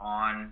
on